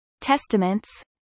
testaments